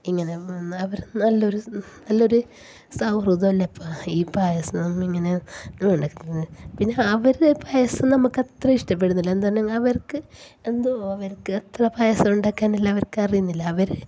ഇങ്ങനെ അവർ നല്ല ഒരു നല്ലൊരു സൗഹൃദം അല്ലേ അപ്പോൾ ഈ പായസം ഇങ്ങനെ ഒക്കെ നടക്കുന്നത് പിന്നെ അവരെ പായസം നമ്മൾക്ക് അത്ര ഇഷ്ടപ്പെടുന്നില്ല എന്താണോ അവർക്ക് എന്തോ അവർക്ക് അത്ര പായസം ഉണ്ടാക്കാനെല്ലാം അവര്ക്ക് അറിയുന്നില്ല അവർ